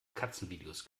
katzenvideos